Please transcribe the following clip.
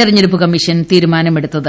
തിരഞ്ഞെടുപ്പ് കമ്മീഷൻ തീരുമാനമെടുത്തത്